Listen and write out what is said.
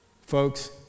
Folks